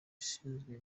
ushinzwe